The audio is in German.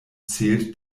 zählt